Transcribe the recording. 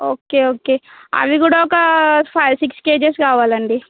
okay okay అవి కూడా ఒక ఫైవ్ సిక్స్ కేజెస్ కావాలండి